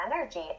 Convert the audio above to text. energy